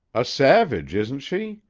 a savage, isn't she?